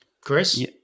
Chris